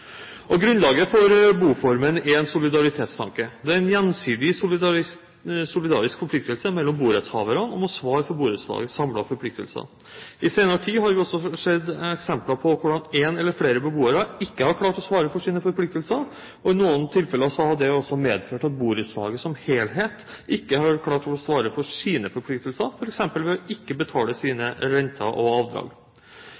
borettslagsboliger. Grunnlaget for boformen er en solidaritetstanke. Det er en gjensidig solidarisk forpliktelse mellom borettshaverne om å svare for borettslagets samlede forpliktelser. I senere tid har vi også sett eksempler på at en eller flere beboere ikke har klart å svare for sine forpliktelser, og i noen tilfeller har det også medført at borettslaget som helhet ikke har klart å svare for sine forpliktelser, f.eks. ved ikke å betale sine renter og avdrag. I sin